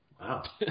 Wow